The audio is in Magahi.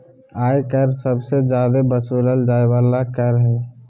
आय कर सबसे जादे वसूलल जाय वाला कर हय